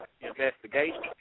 investigation